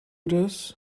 this